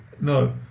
no